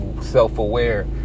self-aware